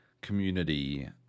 community